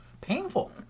painful